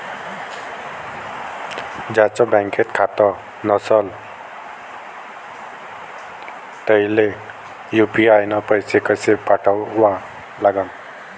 ज्याचं बँकेत खातं नसणं त्याईले यू.पी.आय न पैसे कसे पाठवा लागन?